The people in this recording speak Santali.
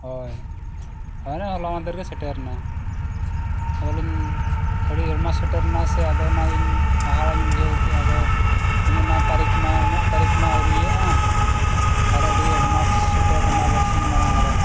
ᱦᱳᱭ ᱦᱳᱭ ᱦᱚᱞᱟ ᱢᱟᱫᱷᱮᱨ ᱨᱮᱜᱮ ᱥᱮᱴᱮᱨ ᱮᱱᱟ ᱟᱫᱚ ᱞᱤᱧ ᱟᱹᱰᱤ ᱥᱮᱴᱮᱨ ᱮᱱᱟ ᱥᱮ ᱟᱫᱚ ᱚᱱᱟᱜᱮ ᱤᱧ ᱦᱟᱦᱟᱲᱟᱧ ᱵᱩᱡᱷᱟᱹᱣ ᱠᱮᱫᱼᱟ ᱟᱫᱚ ᱚᱱᱟ ᱛᱟᱨᱤᱠ ᱢᱟ ᱮᱢᱚᱜ ᱛᱟᱨᱤᱠᱷ ᱢᱟ ᱟᱹᱣᱨᱤᱭᱟᱜᱼᱟ ᱟᱨ ᱟᱹᱰᱤ ᱥᱮᱴᱮᱨ ᱮᱱᱟ ᱵᱟᱨ ᱥᱤᱧ ᱢᱟᱲᱟᱝ ᱨᱮ